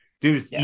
dude